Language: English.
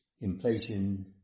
inflation